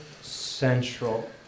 central